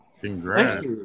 Congrats